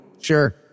Sure